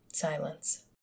silence